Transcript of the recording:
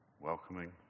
welcoming